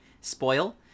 spoil